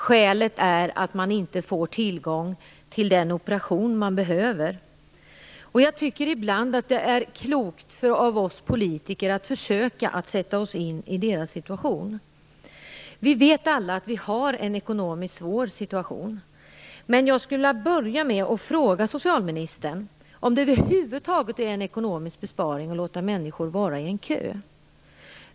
Skälet är att man inte får tillgång till den operation man behöver. Jag tycker ibland att det skulle vara klokt av oss politiker att försöka sätta oss in i deras situation. Vi vet alla att vi har en ekonomiskt svår situation. Jag skulle vilja börja med att fråga socialministern om det över huvud taget är en ekonomisk besparing att låta människor stå i en kö.